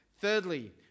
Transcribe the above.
Thirdly